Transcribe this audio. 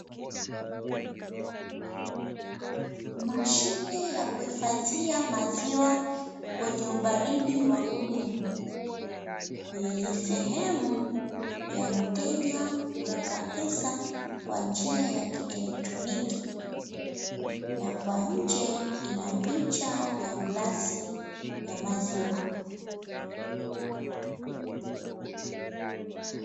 Mashine ya kuhifadhia maziwa kwenye ubaridi wa kudumu ni sehemu ya mteja kuweka pesa kwa njia ya kielektroniki na kwa nje ina picha ya glasi ya maziwa.